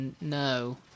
no